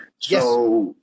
Yes